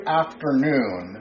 afternoon